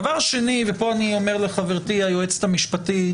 דבר שני, ופה אני אומר לחברתי היועצת המשפטית